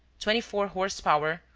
twenty four horse-power,